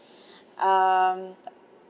um